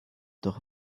durch